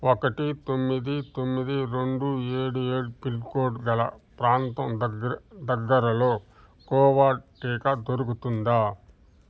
ఒకటి తొమ్మిది తొమ్మిది రెండు ఏడు ఏడ్ పిన్కోడ్ గల ప్రాంతం దగ్ దగ్గరలో కోవా టీకా దొరుకుతుందా